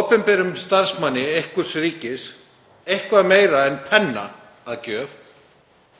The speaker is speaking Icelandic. opinberum starfsmanni einhvers ríkis eitthvað meira en penna að gjöf